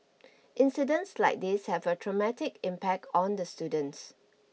incidents like these have a traumatic impact on the students